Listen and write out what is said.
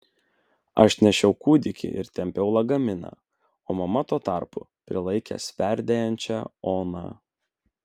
aš nešiau kūdikį ir tempiau lagaminą o mama tuo tarpu prilaikė sverdėjančią oną